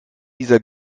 dieser